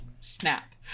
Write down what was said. snap